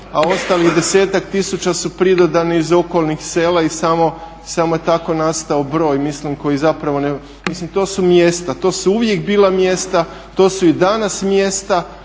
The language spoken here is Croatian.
a ostalih desetak tisuća su pridodani iz okolnih sela i samo je tako nastao broj mislim koji zapravo, mislim to su mjesta, to su uvijek bila mjesta, to su i danas mjesta